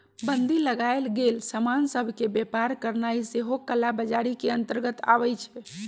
बन्दी लगाएल गेल समान सभ के व्यापार करनाइ सेहो कला बजारी के अंतर्गत आबइ छै